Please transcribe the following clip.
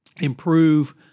improve